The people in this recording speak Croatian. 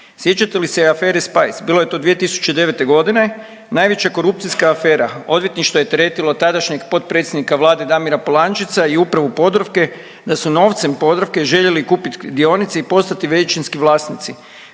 Sjećate li se afere Spice? Bilo je to 2009. godine. Najveća korupcijska afera. Odvjetništvo je teretilo tadašnjeg potpredsjednika Vlade Damira Polančeca i Upravu Podravke da su novcem Podravke željeli kupiti dionice i postati većinski vlasnici.